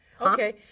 Okay